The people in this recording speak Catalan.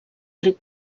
ric